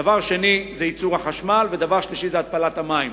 דבר שני זה ייצור החשמל, ודבר שלישי זה התפלת מים.